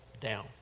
down